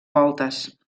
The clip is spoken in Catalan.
voltes